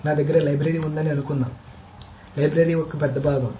నా దగ్గర లైబ్రరీ ఉంటుందని అనుకుందాం లైబ్రరీ ఒక పెద్ద భాగం